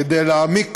כדי להעמיק